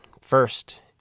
First